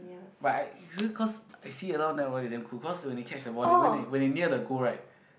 but I is it cause I see a lot of net baller they damn cool cause when they catch the ball they when they when they near the goal right